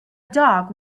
dog